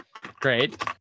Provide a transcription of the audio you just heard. Great